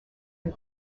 and